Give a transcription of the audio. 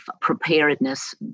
preparedness